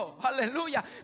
Aleluya